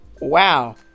Wow